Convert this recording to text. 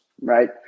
right